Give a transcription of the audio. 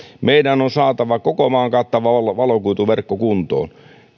meidän on on saatava koko maan kattava valokuituverkko kuntoon